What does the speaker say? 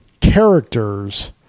characters